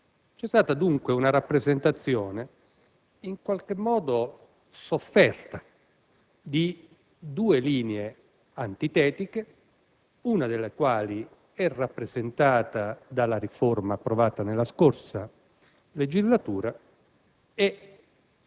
è stata dunque una rappresentazione sofferta di due linee antitetiche, una delle quali è rappresentata dalla riforma approvata nella scorsa legislatura e